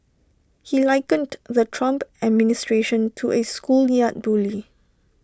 he likened the Trump administration to A schoolyard bully